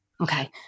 okay